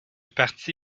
parti